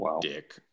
Dick